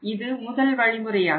இது முதல் வழிமுறையாகும்